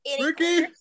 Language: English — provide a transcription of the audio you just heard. Ricky